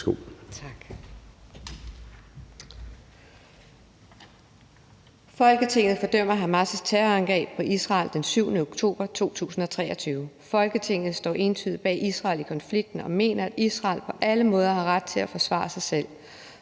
»Folketinget fordømmer Hamas’ terrorangreb på Israel den 7. oktober 2023. Folketinget står entydigt bag Israel i konflikten og mener, at Israel på alle måder har ret til at forsvare sig selv.